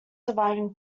surviving